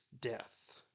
death